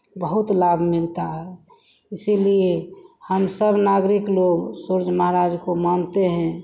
बहुत लाभ मिलता है इसीलिए हम सब नागरिक लोग सूर्य महाराज को मानते हैं